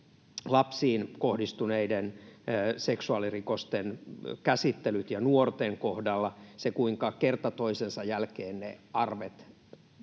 lapsiin kohdistuneiden seksuaalirikosten käsittelyt ja nuorten kohdalla se, kuinka kerta toisensa jälkeen ne arvet